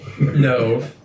no